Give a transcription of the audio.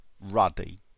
Ruddy